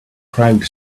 crowd